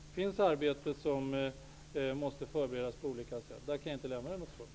Det finns arbeten som måste förberedas på olika sätt. På den här frågan kan jag inte lämna något svar.